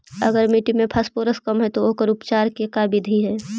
अगर मट्टी में फास्फोरस कम है त ओकर उपचार के का बिधि है?